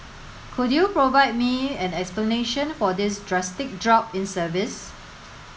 could you provide me an explanation for this drastic drop in service